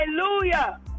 hallelujah